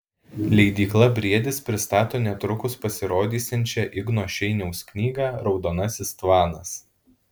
leidykla briedis pristato netrukus pasirodysiančią igno šeiniaus knygą raudonasis tvanas